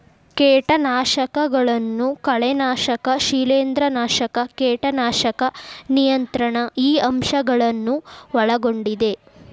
ಕೇಟನಾಶಕಗಳನ್ನು ಕಳೆನಾಶಕ ಶಿಲೇಂಧ್ರನಾಶಕ ಕೇಟನಾಶಕ ನಿಯಂತ್ರಣ ಈ ಅಂಶ ಗಳನ್ನು ಒಳಗೊಂಡಿದೆ